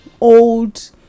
old